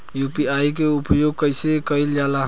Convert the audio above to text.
UPI के उपयोग कइसे कइल जाला?